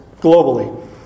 globally